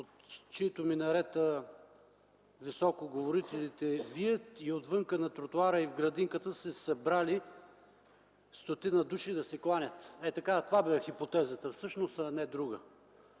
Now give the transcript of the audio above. от чиито минарета високоговорителите вият и отвън на тротоара и в градинката са се събрали стотина души да се кланят. Това да е всъщност хипотезата, а не друга.